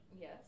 Yes